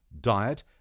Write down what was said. diet